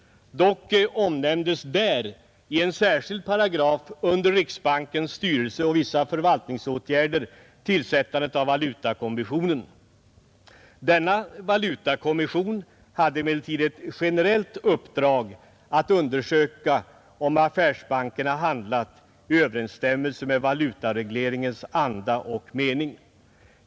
Dock omnämndes där i en särskild paragraf under riksbankens styrelse och vissa förvaltningsåtgärder tillsättandet av valutakommissionen. Denna valutakommission hade emellertid ett generellt uppdrag att undersöka om affärsbankerna handlat i överensstämmelse med valutaregleringens anda och mening.